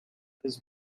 his